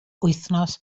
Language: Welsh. wythnos